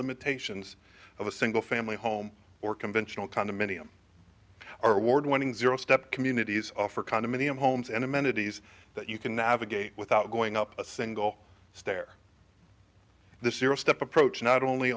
limitations of a single family home or conventional condominium or ward one zero step communities offer condominium homes and amenities that you can navigate without going up a single stair the serial step approach not only